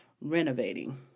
renovating